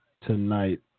Tonight